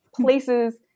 places